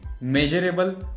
measurable